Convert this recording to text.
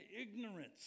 ignorance